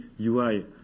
ui